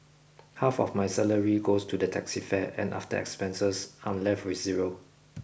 half of my salary goes to the taxi fare and after expenses I'm left with zero